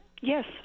Yes